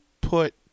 put